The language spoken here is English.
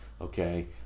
okay